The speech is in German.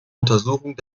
untersuchung